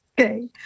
okay